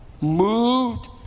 Moved